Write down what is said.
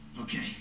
Okay